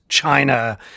China